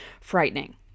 frightening